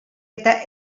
eta